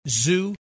zoo